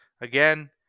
again